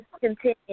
continue